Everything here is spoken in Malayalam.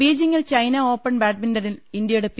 ബീജിങ്ങിൽ ച്ചൈന ഓപ്പൺ ബാഡ്മിന്റണിൽ ഇന്ത്യയുടെ പി